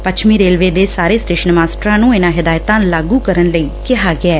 ਪੱਛਮੀ ਰੇਲਵੇ ਦੇ ਸਾਰੇ ਸਟੇਸ਼ਨ ਮਾਸਟਰਾਂ ਨੂੰ ਇਨ੍ਹਾਂ ਹਿਦਾਇਤਾਂ ਲਾਗੂ ਕਰਨ ਲਈ ਕਿਹਾ ਗਿਐ